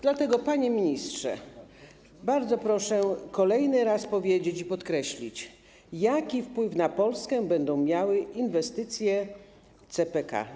Dlatego, panie ministrze, bardzo proszę kolejny raz powiedzieć, podkreślić: Jaki wpływ na Polskę będą miały inwestycje CPK?